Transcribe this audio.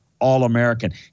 All-American